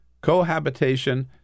cohabitation